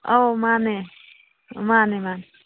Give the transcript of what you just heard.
ꯑꯥꯎ ꯃꯥꯅꯦ ꯃꯥꯅꯦ ꯃꯥꯅꯦ